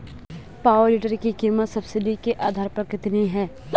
Power tiller की कीमत subsidy के आधार पर कितनी है?